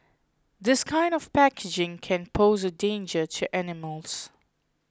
this kind of packaging can pose a danger to animals